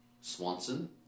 Swanson